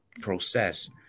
process